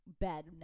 bed